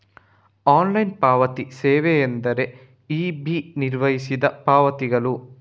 online ಪಾವತಿ ಸೇವೆಯೆಂದರೆ eBay ನಿರ್ವಹಿಸಿದ ಪಾವತಿಗಳು